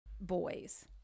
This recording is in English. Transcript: boys